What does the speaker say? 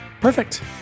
Perfect